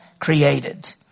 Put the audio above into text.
created